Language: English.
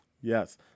Yes